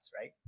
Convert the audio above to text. right